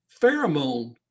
pheromone